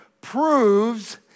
proves